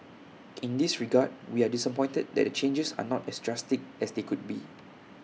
in this regard we are disappointed that the changes are not as drastic as they could be